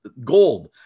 gold